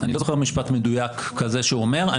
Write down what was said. אני לא זוכר משפט מדויק כזה שהוא אומר.